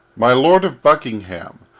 my lord of buckingham,